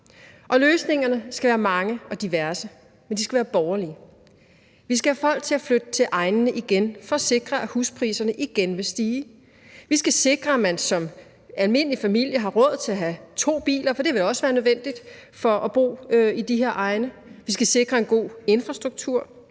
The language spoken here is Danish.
løsningerne skal være mange og diverse, men de skal være borgerlige. Vi skal have folk til at flytte til egnene igen for at sikre, at huspriserne igen vil stige. Vi skal sikre, at man som almindelig familie har råd til at have to biler, for det vil også være nødvendigt for at bo i de her egne. Vi skal sikre en god infrastruktur,